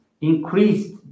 increased